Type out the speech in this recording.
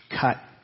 cut